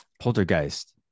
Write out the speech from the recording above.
Poltergeist